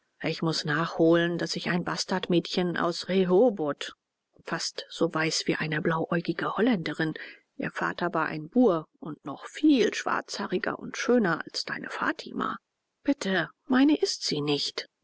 ich muß nachholen daß ich ein bastardmädchen aus rehoboth fast so weiß wie eine blauäugige holländerin ihr vater war ein bur und noch viel schwarzhaariger und schöner als deine fatima bitte meine ist sie nicht